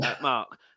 Mark